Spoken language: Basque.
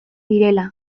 direla